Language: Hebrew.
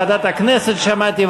ועדת הכנסת שמעתי,